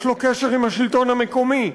יש לו קשר עם השלטון המקומי,